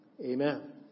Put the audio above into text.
Amen